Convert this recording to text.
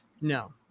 No